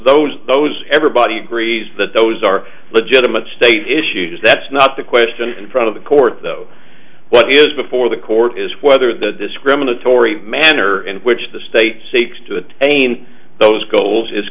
those those everybody agrees that those are legitimate state issues that's not the question in front of the court though what is before the court is whether the discriminatory manner in which the state seeks to any and those goals is